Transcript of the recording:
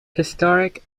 historic